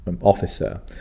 officer